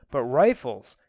but rifles,